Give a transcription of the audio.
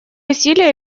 усилия